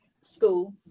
school